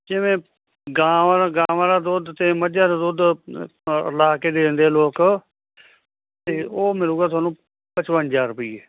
ਜਿਵੇਂ ਗਾਵਾਂ ਦਾ ਗਾਵਾਂ ਦਾ ਦੁੱਧ ਤੇ ਮੱਝਾਂ ਦਾ ਦੁੱਧ ਲਾ ਕੇ ਦੇ ਦਿੰਦੇ ਲੋਕ ਤੇ ਉਹ ਮਿਲੂਗਾ ਤੁਹਾਨੂੰ ਪਜਵੰਜਾ ਰੁਪਈਏੇ